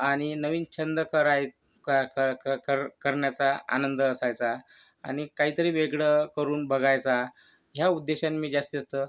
आणि नवीन छंद कराय क क क कर करण्याचा आनंद असायचा आणि काहीतरी वेगळं करून बघायचा ह्या उद्देशान मी जास्ती जास्त